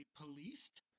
policed